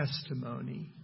Testimony